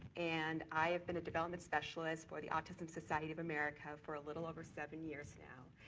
and i have been a development specialist for the autism society of america for a little over seven years now.